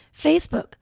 Facebook